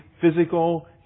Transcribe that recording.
physical